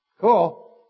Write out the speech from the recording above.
cool